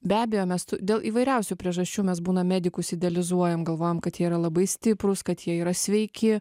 be abejo mes tų dėl įvairiausių priežasčių mes būna medikus idealizuojam galvojam kad jie yra labai stiprūs kad jie yra sveiki